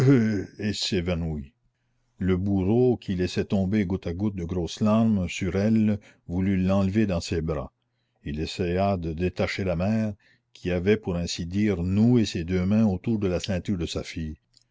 et s'évanouit le bourreau qui laissait tomber goutte à goutte de grosses larmes sur elle voulut l'enlever dans ses bras il essaya de détacher la mère qui avait pour ainsi dire noué ses deux mains autour de la ceinture de sa fille